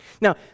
Now